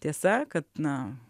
tiesa kad na